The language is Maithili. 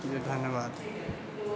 जी धन्यवाद